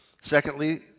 Secondly